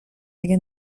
دیگه